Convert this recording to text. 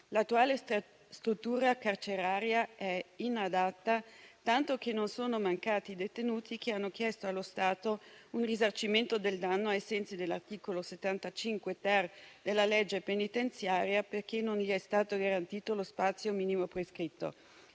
l'attuale struttura carceraria è inadatta, tanto che non sono mancati detenuti che hanno chiesto allo Stato un risarcimento del danno, ai sensi dell'articolo 35-*ter* della legge penitenziaria, perché non è stato loro garantito lo spazio minimo prescritto.